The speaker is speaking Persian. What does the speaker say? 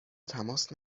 تماس